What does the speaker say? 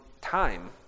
time